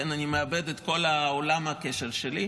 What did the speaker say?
אני מאבד את כל עולם הקשר שלי,